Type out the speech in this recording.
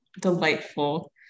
delightful